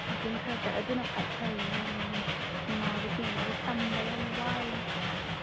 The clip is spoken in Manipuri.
ꯋꯥꯥꯛꯀꯤꯡ ꯈꯔ ꯆꯠ ꯑꯗꯨꯅ ꯈ꯭ꯋꯥꯏ ꯐꯔꯤꯅꯤ ꯀꯩꯅꯣ ꯌꯥꯝ ꯅꯨꯡꯉꯥꯏꯕ ꯆꯤꯡꯉꯦ ꯑꯗꯣ ꯇꯝꯕꯗꯣ ꯑꯃꯨꯛ ꯋꯥꯔꯤꯅꯦ